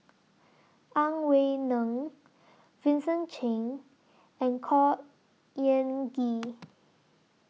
Ang Wei Neng Vincent Cheng and Khor Ean Ghee